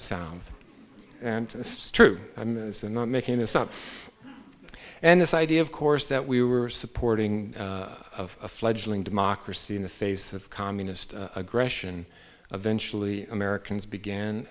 it's true i'm not making this up and this idea of course that we were supporting of a fledgling democracy in the face of communist aggression eventually americans began